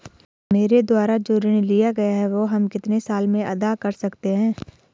मेरे द्वारा जो ऋण लिया गया है वह हम कितने साल में अदा कर सकते हैं?